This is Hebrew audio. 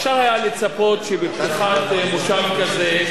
אפשר היה לצפות שבפתיחת מושב כזה,